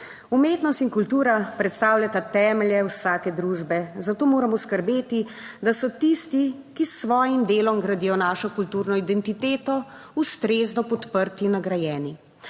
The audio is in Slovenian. Umetnost in kultura predstavljata temelje vsake družbe, zato moramo skrbeti, da so tisti, ki s svojim delom gradijo našo kulturno identiteto, ustrezno podprti, nagrajeni.